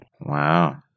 Wow